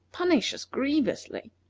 punish us grievously.